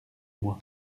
moi